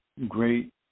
great